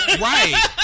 Right